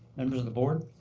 members of the board,